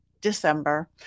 December